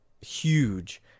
huge